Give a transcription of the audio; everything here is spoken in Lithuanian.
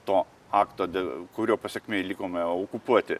to akto dėl kurio pasekmėj likome okupuoti